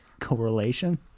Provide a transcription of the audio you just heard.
correlation